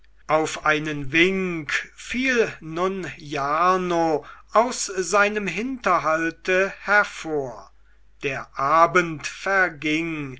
auf einen wink fiel nun jarno aus seinem hinterhalte hervor der abend verging